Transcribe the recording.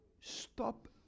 stop